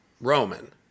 Roman